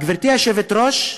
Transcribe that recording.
גברתי היושבת-ראש,